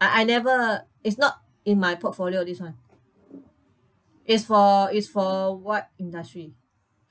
I I never it's not in my portfolio this one it's for it's for what industry